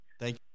thank